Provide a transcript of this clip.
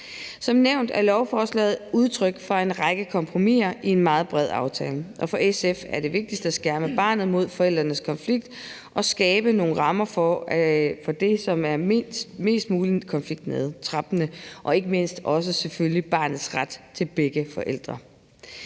Som nævnt er lovforslaget udtryk for en række kompromiser i en meget bred aftale. For SF er det vigtigste at skærme barnet mod forældrenes konflikt og skabe nogle rammer for det, som er mest muligt konfliktnedtrappende, og ikke mindst selvfølgelig også barnets ret til begge forældre.